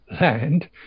land